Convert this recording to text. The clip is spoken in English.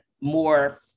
more